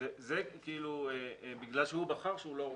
זה בגלל שהוא בחר שהוא לא רוצה.